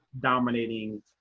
dominating